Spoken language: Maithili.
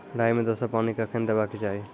राई मे दोसर पानी कखेन देबा के चाहि?